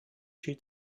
she